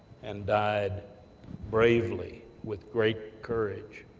and died bravely, with great courage,